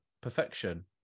perfection